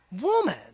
woman